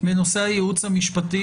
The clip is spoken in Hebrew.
בנושא הייעוץ המשפטי,